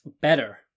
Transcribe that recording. better